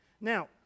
Now